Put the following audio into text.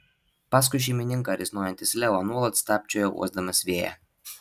paskui šeimininką risnojantis leo nuolat stabčiojo uosdamas vėją